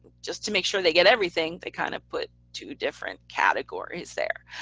just to make sure they get everything, they kind of put two different categories there.